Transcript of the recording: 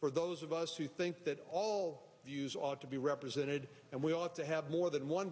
for those of us who think that all of us ought to be represented and we ought to have more than one